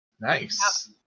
nice